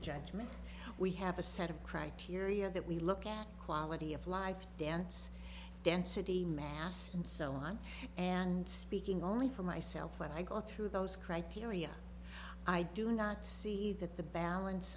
judgment we have a set of criteria that we look at quality of life dance density mass and so on and speaking only for myself when i go through those criteria i do not see that the balance